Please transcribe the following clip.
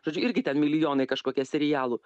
žodžiu irgi ten milijonai kažkokie serialų